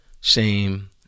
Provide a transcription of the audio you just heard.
shame